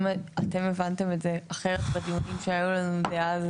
אם אתם הבנתם את זה אחרת בדיונים שהיו לנו דאז,